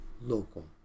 local